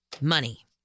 money